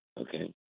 Okay